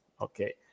okay